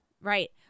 right